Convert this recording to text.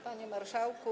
Panie Marszałku!